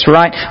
right